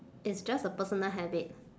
it's just a personal habit